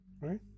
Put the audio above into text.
Right